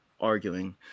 arguing